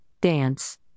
Dance